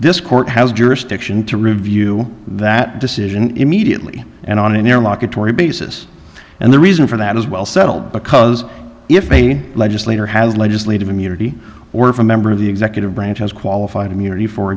this court has jurisdiction to review that decision immediately and on an airlock atory basis and the reason for that is well settled because if a legislator has legislative immunity or if a member of the executive branch has qualified immunity for